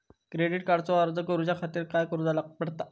Credit कार्डचो अर्ज करुच्या खातीर काय करूचा पडता?